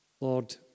Lord